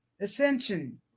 ascension